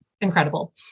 incredible